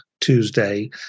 Tuesday